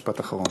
משפט אחרון.